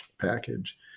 package